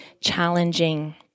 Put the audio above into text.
challenging